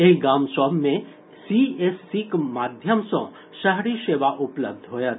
एहि गाम सभ मे सीएससीक माध्यम सॅ शहरी सेवा उपलब्ध होयत